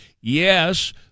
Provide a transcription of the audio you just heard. yes